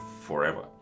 forever